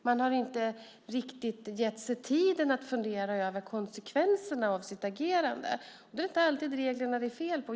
De har inte riktigt gett sig tiden att fundera över konsekvenserna av sitt agerande. Det är inte alltid reglerna det är fel på.